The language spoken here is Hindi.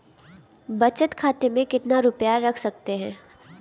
बचत खाते में कितना रुपया रख सकते हैं?